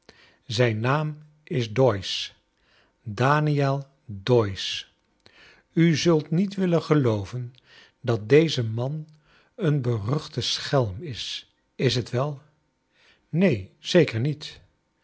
zijn naam is doyce daniel doyce u zult niet willen gclooven dat deze man een beruchte schelm is is t wel neen zeker niet